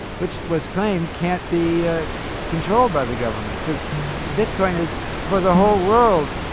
which was claimed can't be ah controlled by the government because bitcoin is for the whole world.